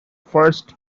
first